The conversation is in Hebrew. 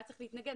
היה צריך להתנגד.